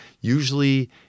Usually